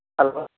hello